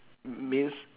means